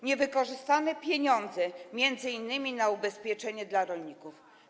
Niewykorzystane pieniądze, m.in. na ubezpieczenie dla rolników.